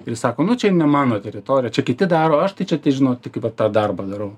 ir sako nu čia jau ne mano teritorija čia kiti daro aš tai čia tai žino tik va tą darbą darau